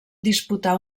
disputà